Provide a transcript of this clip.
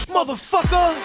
Motherfucker